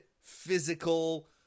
physical